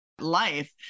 life